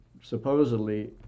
supposedly